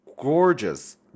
gorgeous